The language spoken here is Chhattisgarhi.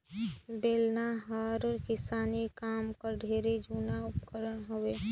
बेलना हर किसानी काम कर ढेरे जूना उपकरन हवे